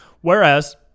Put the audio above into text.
Whereas